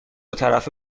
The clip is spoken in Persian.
طرفه